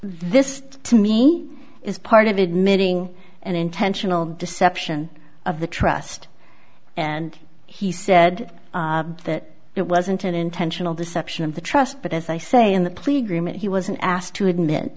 this to me is part of admitting an intentional deception of the trust and he said that it wasn't an intentional deception of the trust but as i say in the plea agreement he wasn't asked to admit